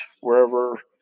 wherever